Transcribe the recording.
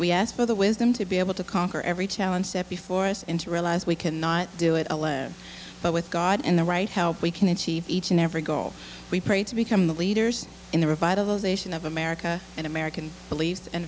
we ask for the wisdom to be able to conquer every challenge step before us and to realize we cannot do it alas but with god and the right help we can achieve each and every goal we pray to become the leaders in the revitalization of america and american police and